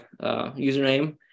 username